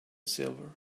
silver